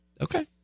Okay